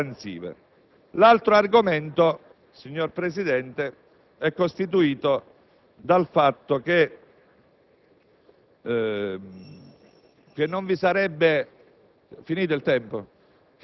tuttavia, un altro argomento che viene speso a sostegno del blocco, dell'asserita erroneità ed inefficacia di queste manovre